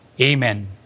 Amen